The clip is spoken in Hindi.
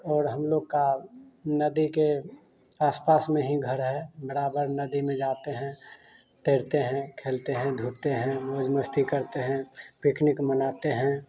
और हम लोग का नदी के आस पास में ही घर है बराबर नदी में जाते हैं तैरते हैं खेलते हैं धूलते हैं मौज मस्ती करते हैं पिकनिक मनाते हैं